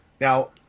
Now